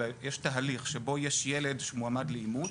אלא יש תהליך שבו יש ילד שמועמד לאימוץ,